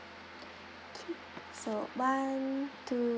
okay so one two